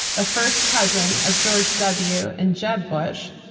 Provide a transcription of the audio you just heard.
a first cousin of george w. and jeb bush,